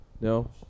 No